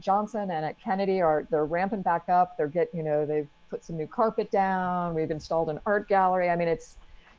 johnson and at kennedy are the ramp and back up there get you know, they put some new carpet down. we've installed an art gallery. i mean, it's